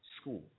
school